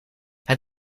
het